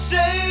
Say